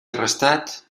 arrestat